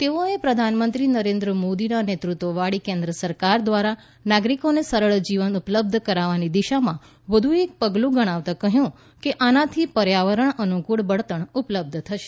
તેઓએ પ્રધાનમંત્રી નરેન્ય મોદીના નેતૃત્વવાળી કેન્શ સરકાર દ્વારા નાગરિકોને સરળ જીવન ઉપલબ્ધ કરાવવાની દિશામાં એક વધુ પગલું ગણાવતાં કહ્યું કે આનાથી પર્યાવરણ અનુકૂળ બળતણ ઉપલબ્ધ થશે